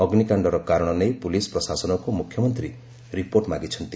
ଅଗ୍ନିକାଣ୍ଡର କାରଣ ନେଇ ପୁଲିସ୍ ପ୍ରଶାସନକୁ ମୁଖ୍ୟମନ୍ତ୍ରୀ ରିପୋର୍ଟ ମାଗିଛନ୍ତି